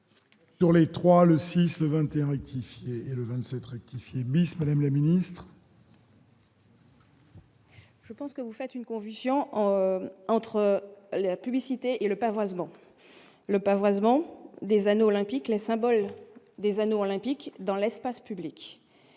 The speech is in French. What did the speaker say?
trois, le 6 le 21 rectifier le 27 rectifier bis, Madame la Ministre. Je pense que vous faites une conviction entre la publicité et le pavoisement le pavoisement des anneaux olympiques les symbole des anneaux olympiques dans l'espace public,